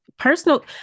Personal